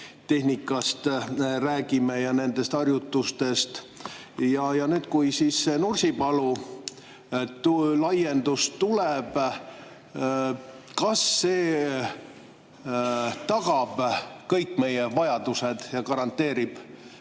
rasketehnikast räägime ja nendest harjutustest. Kui Nursipalu laiendus tuleb, kas see tagab kõik meie vajadused ja garanteerib